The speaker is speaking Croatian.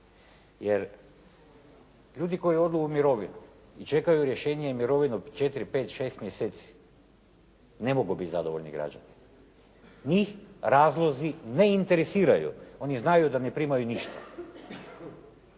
jer ljudi koji odu u mirovinu i čekaju rješenje i mirovinu 4, 5, 6 mjeseci ne mogu biti zadovoljni građani. Njih razlozi ne interesiraju, oni znaju da ne primaju ništa.